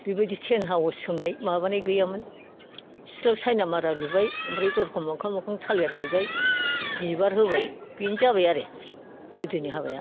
बेबायदि tent house सोंनाय माबायनाय गैयामोन सिथ्लायाव साइना मारा लुबाय ओमफ्राय दरखं मोखां मोखां थालिर गायबाय बिबार होबाय बिनो जाबाय आरो गोदोनि हाबाया